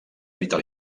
vital